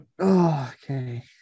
Okay